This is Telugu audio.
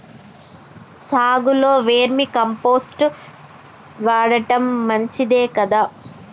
సాగులో వేర్మి కంపోస్ట్ వాడటం మంచిదే కదా?